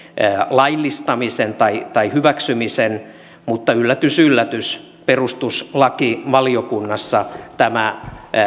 laillistamisen tai tai hyväksymisen mutta yllätys yllätys perustuslakivaliokunnassa tämä